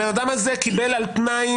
הבן אדם הזה קיבל על תנאי,